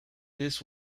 this